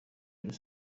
rayon